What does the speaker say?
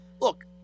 Look